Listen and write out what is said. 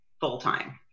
full-time